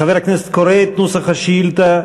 חבר הכנסת קורא את נוסח השאילתה,